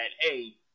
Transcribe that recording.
hey